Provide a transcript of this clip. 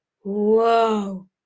Whoa